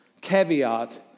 caveat